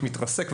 מתרסק.